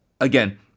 again